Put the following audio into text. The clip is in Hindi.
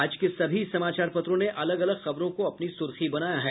आज के सभी समाचार पत्रों ने अलग अलग खबरों को अपनी सुर्खी बनाया है